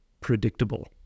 predictable